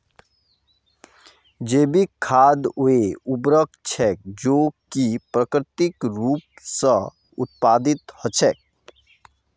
जैविक खाद वे उर्वरक छेक जो कि प्राकृतिक रूप स उत्पादित हछेक